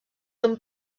them